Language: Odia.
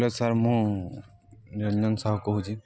ହ୍ୟାଲୋ ସାର୍ ମୁଁ ନିରଞ୍ଜନ ସାହୁ କହୁଛି